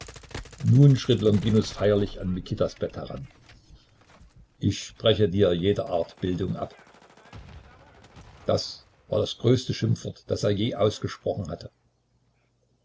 nun schritt longinus feierlich an mikitas bett heran ich spreche dir jede art bildung ab das war das größte schimpfwort das er je ausgesprochen hatte